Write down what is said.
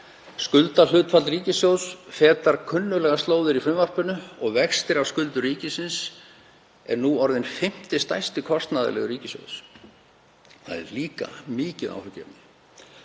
Skuldahlutfall ríkissjóðs fetar kunnuglegar slóðir í frumvarpinu og vextir af skuldum ríkisins eru nú orðnir fimmti stærsti kostnaðarliður ríkissjóðs. Það er líka mikið áhyggjuefni.